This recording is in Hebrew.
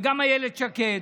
וגם אילת שקד,